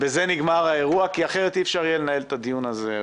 כי אחרת אי אפשר יהיה לנהל את הדיון הזה.